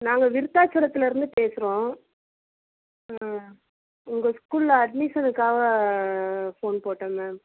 நாங்கள் விருதாச்சலத்துலேருந்து பேசுகிறோம் உங்கள் ஸ்கூலில் அட்மிஷனுக்காக போன் போட்டங்க